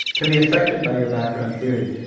can be affected by your background theory.